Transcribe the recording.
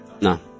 no